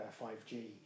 5G